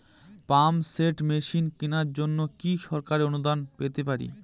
Pump set machine কেনার জন্য কি সরকারি অনুদান পেতে পারি?